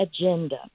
agenda